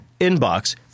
inbox